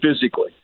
physically